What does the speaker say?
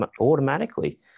automatically